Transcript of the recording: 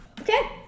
Okay